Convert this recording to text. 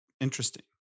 interesting